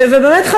ובאמת,